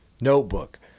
notebook